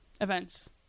events